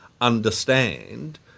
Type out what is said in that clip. understand